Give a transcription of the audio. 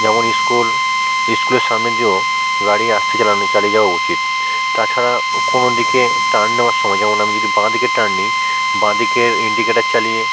যেমন স্কুল স্কুলের সামনে দিয়েও গাড়ি আস্তে চালানো চালিয়ে যাওয়া উচিত তাছাড়া কোনো দিকে টার্ন নেওয়ার সময় যেমন আমি যদি বাঁ দিকে টার্ন নি বাঁ দিকের ইন্ডিকেটার চালিয়ে